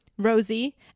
rosie